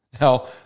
Now